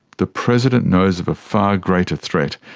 the president knows of a far greater threat,